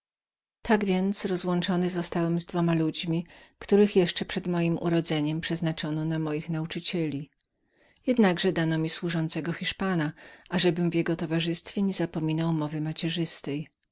tak więc rozłączony zostałem z dwoma ludźmi których jeszcze przed mojem urodzeniem przeznaczono na moich nauczycieli jednakże dano mi służącego hiszpana ażebym w jego towarzystwie nie zapomniał mowy